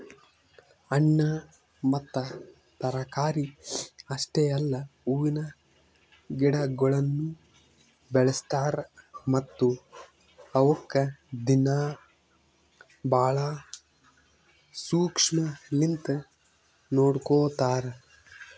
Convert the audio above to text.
ಹಣ್ಣ ಮತ್ತ ತರಕಾರಿ ಅಷ್ಟೆ ಅಲ್ಲಾ ಹೂವಿನ ಗಿಡಗೊಳನು ಬೆಳಸ್ತಾರ್ ಮತ್ತ ಅವುಕ್ ದಿನ್ನಾ ಭಾಳ ಶುಕ್ಷ್ಮಲಿಂತ್ ನೋಡ್ಕೋತಾರ್